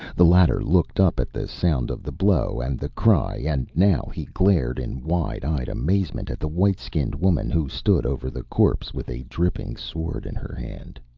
the latter looked up at the sound of the blow and the cry, and now he glared in wild-eyed amazement at the white-skinned woman who stood over the corpse with a dripping sword in her hand.